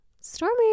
Stormy